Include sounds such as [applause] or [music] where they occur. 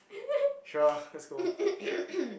[laughs] [coughs]